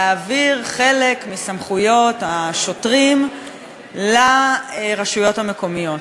להעביר חלק מסמכויות השוטרים לרשויות המקומיות.